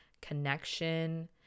connection